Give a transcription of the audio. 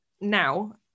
now